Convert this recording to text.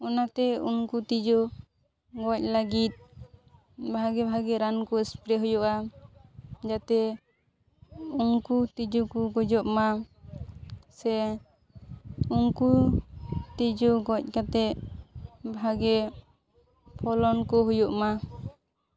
ᱚᱱᱟᱛᱮ ᱩᱱᱠᱩ ᱛᱤᱡᱩ ᱜᱚᱡᱽ ᱞᱟᱹᱜᱤᱫ ᱵᱷᱟᱜᱮ ᱵᱷᱟᱜᱮ ᱨᱟᱱ ᱠᱚ ᱮᱥᱯᱮᱨᱮ ᱦᱩᱭᱩᱜᱼᱟ ᱡᱟᱛᱮ ᱩᱱᱠᱩ ᱛᱤᱡᱩ ᱠᱚ ᱜᱚᱡᱚᱜ ᱢᱟ ᱥᱮ ᱩᱱᱠᱩ ᱛᱤᱡᱩ ᱜᱚᱡᱽ ᱠᱟᱛᱮ ᱵᱷᱟᱜᱮ ᱯᱷᱚᱞᱚᱱ ᱠᱚ ᱦᱩᱭᱩᱜ ᱢᱟ